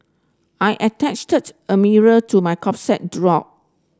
I attach a mirror to my draw